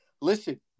Listen